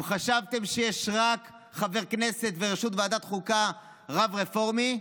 אם חשבתם שיש רק חבר כנסת בראשות ועדת החוקה שהוא רב רפורמי,